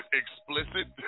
explicit